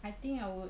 I think I would